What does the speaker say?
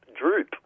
droop